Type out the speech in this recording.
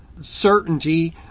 certainty